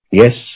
yes